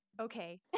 Okay